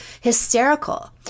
hysterical